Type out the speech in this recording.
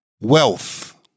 wealth